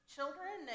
children